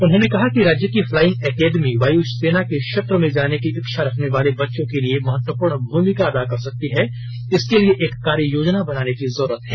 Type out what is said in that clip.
उन्होंने कहा कि राज्य का फ्लाइंग एकेडमी वाय सेना के क्षेत्र में जाने की इच्छा रखने वाले बच्चों के लिए महत्वपूर्ण भूमिका अदा कर सकता है इसके लिए एक कार्य योजना बनाने की जरूरत है